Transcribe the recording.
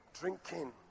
drinking